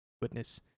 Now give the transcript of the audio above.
witness